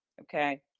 Okay